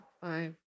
five